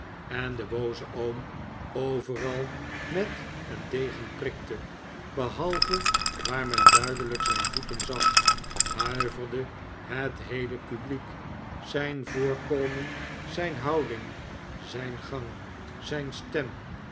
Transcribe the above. en den boozen oom overal met een degen prikte behalve waar men duidelijk zijn voeten zag huiverde het heele publiek zijn voorkomen zijn houding zijn gang zijn stem